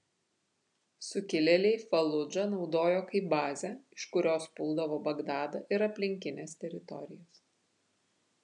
sukilėliai faludžą naudojo kaip bazę iš kurios puldavo bagdadą ir aplinkines teritorijas